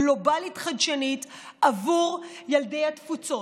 גלובלית וחדשנית בעבור ילדי התפוצות,